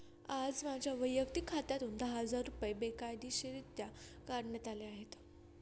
आज माझ्या वैयक्तिक खात्यातून दहा हजार रुपये बेकायदेशीररित्या काढण्यात आले आहेत